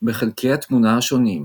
בחלקי התמונה השונים.